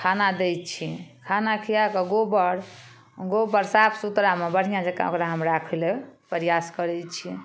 खाना दै छी खाना खिआकऽ गोबर गोबर साफ सुथड़ामे बढ़िआँ जकाँ ओकरा हम राखय लए प्रयास करय छी